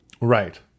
Right